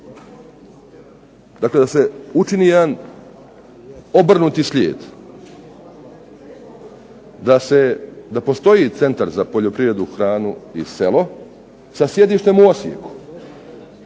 dakle da se učini jedan obrnuti slijed, da se, da postoji Centar za poljoprivredu, hranu i selo sa sjedištem u Osijeku,